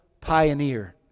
pioneer